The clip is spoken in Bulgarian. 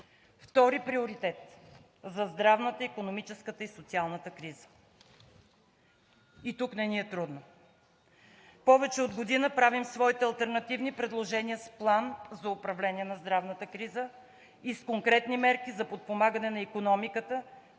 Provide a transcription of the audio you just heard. Втори приоритет – за здравната, икономическата и социалната криза. И тук не ни е трудно. Повече от година правим своите алтернативни предложения с План за управление на здравната криза и с конкретни мерки за подпомагане на икономиката,